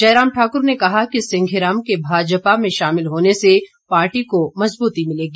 जयराम ठाक्र ने कहा कि सिंघी राम के भाजपा में शामिल होने से पार्टी को मजबूती मिलेगी